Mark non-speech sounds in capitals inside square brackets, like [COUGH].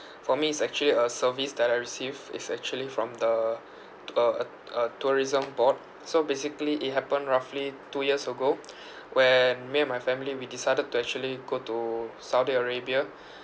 for me it's actually a service that I received it's actually from the [NOISE] uh uh tourism board so basically it happened roughly two years ago when me and my family we decided to actually go to saudi arabia